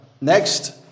Next